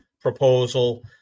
proposal